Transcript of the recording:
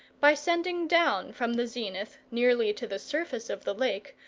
by sending down from the zenith, nearly to the surface of the lake,